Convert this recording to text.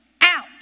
out